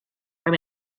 from